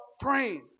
praying